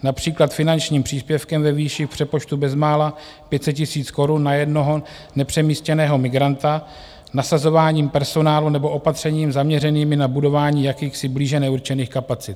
Například finančním příspěvkem ve výši v přepočtu bezmála 500 000 korun na jednoho nepřemístěného migranta, nasazováním personálu nebo opatřeními zaměřenými na budování jakýchsi blíže neurčených kapacit.